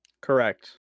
Correct